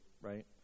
right